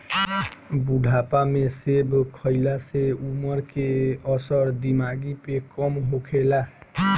बुढ़ापा में सेब खइला से उमर के असर दिमागी पे कम होखेला